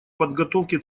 подготовке